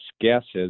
guesses